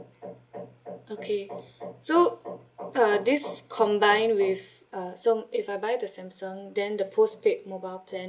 okay so uh this combined with uh so if I buy the samsung then the postpaid mobile plan